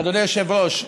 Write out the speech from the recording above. אדוני היושב-ראש,